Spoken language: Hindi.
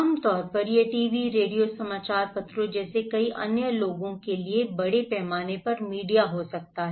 आम तौर पर यह टीवी रेडियो समाचार पत्रों जैसे कई अन्य लोगों के लिए बड़े पैमाने पर मीडिया हो सकता है